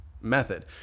method